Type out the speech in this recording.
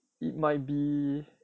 it might be